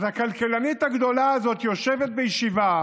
אז הכלכלנית הגדולה הזאת יושבת בישיבה